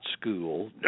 school